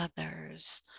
others